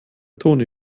toni